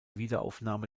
wiederaufnahme